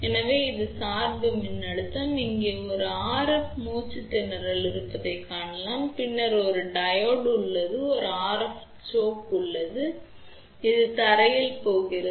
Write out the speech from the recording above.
எனவே இது ஒரு சார்பு மின்னழுத்தம் இங்கே ஒரு RF மூச்சுத்திணறல் இருப்பதைக் காணலாம் பின்னர் ஒரு டையோடு உள்ளது பின்னர் இது ஒரு RF சோக் ஆகும் இது தரையில் போகிறது